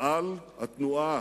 התנועה